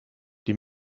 die